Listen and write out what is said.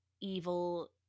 evil